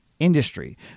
industry